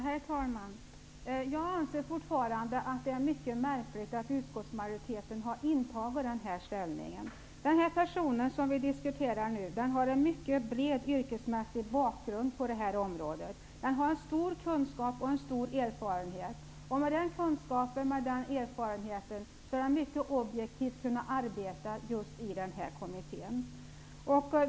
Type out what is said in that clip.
Herr talman! Jag anser fortfarande att det är mycket märkligt att utskottsmajoriteten har intagit denna ställning. Den person som vi nu diskuterar har en mycket bred yrkesmässig bakgrund på detta område och en stor kunskap och erfarenhet. Med den kunskapen och den erfarenheten bör han kunna arbeta mycket objektivt just i denna kommitté.